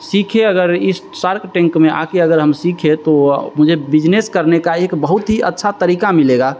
सीखे अगर इस सार्क टैंक में आ कर अगर हम सीखें तो मुझे बिज़नेस करने का एक बहुत ही अच्छा तरीक़ा मिलेगा